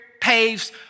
paves